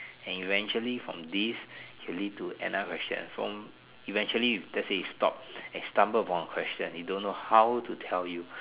and eventually from this can lead to another question from eventually let's say he stop and stumble on a question he don't know how to tell you